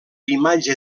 imatge